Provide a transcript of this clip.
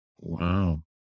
Wow